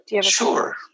Sure